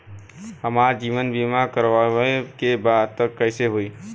हमार जीवन बीमा करवावे के बा त कैसे होई?